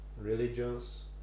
religions